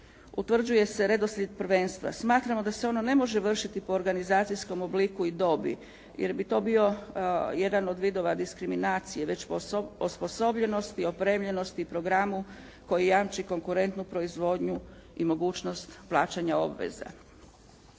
utvrđuje se redoslijed prvenstva. Smatramo da se ono ne može vršiti po organizacijskom obliku i dobi jer bi to bio jedan od vidova diskriminacije već po osposobljenosti, opremljenosti i programu koji jamči konkurentnu proizvodnju i mogućnost plaćanja obveza.